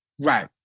Right